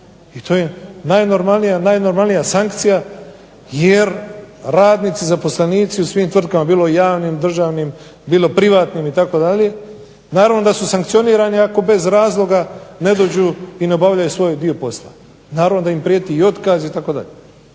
i to je najnormalnija sankcija jer radnici, zaposlenici u svim tvrtkama bilo javnim, državnim, bilo privatnim itd., naravno da su sankcionirani ako bez razloga ne dođu i ne obavljaju svoj dio posla, naravno da im prijeti i otkaz itd.